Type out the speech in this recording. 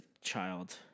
child